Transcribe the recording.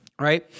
right